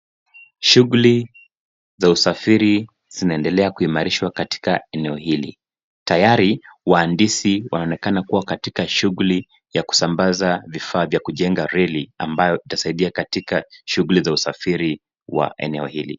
Shughuli za usafiri zinaendelea kuimarishwa katika eneo hili. Tayari wahandisi wanaonekana kuwa katika shughuli za kusambaza vifaa vya kujenga reli ambayo ita saidia katika shughuli za usafiri wa eneo hili.